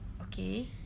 Okay